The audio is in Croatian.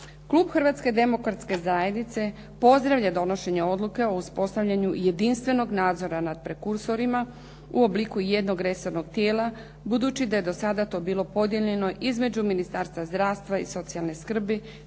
Klub Hrvatske demokratske zajednice pozdravlja donošenje odluke o uspostavljanju jedinstvenog nadzora nad prekursorima u obliku jednog resornog tijela, budući da je do sada to bilo podijeljeno između Ministarstva zdravstva i socijalne skrbi,